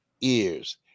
ears